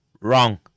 wrong